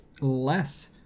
less